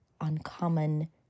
uncommon